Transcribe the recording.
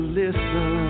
listen